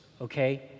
okay